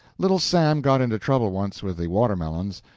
little sam got into trouble once with the watermelons.